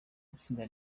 itsinda